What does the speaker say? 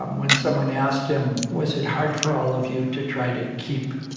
um when someone asked him, was it hard for all of you to try to keep